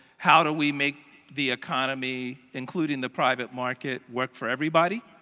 how do we make the economy including the private market, work for everybody?